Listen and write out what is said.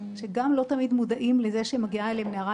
שלא תמיד מודעים לזה שמגיעה אליהם נערה